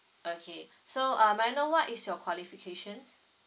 okay so uh may I know what is your qualifications